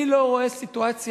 אני לא רואה סיטואציה